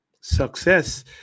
success